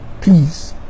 please